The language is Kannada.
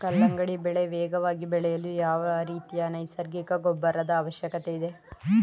ಕಲ್ಲಂಗಡಿ ಬೆಳೆ ವೇಗವಾಗಿ ಬೆಳೆಯಲು ಯಾವ ರೀತಿಯ ನೈಸರ್ಗಿಕ ಗೊಬ್ಬರದ ಅವಶ್ಯಕತೆ ಇದೆ?